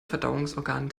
verdauungsorgan